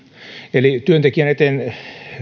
työntekijän eteen